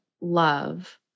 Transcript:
love